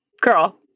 girl